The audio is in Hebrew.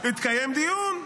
התקיים דיון.